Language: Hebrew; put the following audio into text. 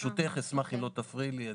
ברשותך, אני אשמח אם לא תפריעי לי.